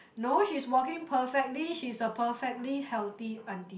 no she's walking perfectly she's a perfectly healthy aunty